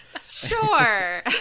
Sure